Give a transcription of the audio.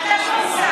עמדת פה ודיברת עלינו,